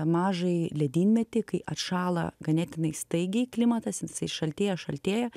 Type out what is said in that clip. mažąjį ledynmetį kai atšąla ganėtinai staigiai klimatas jisai šaltėja šaltėja